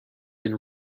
been